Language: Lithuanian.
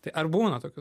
tai ar būna tokių